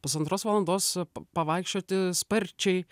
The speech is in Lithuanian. pusantros valandos pa pavaikščioti sparčiai